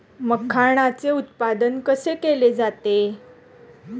मखाणाचे उत्पादन कसे केले जाते?